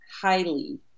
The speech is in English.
highly